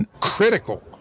critical